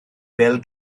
bêl